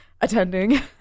attending